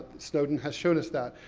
snowden has shown us that.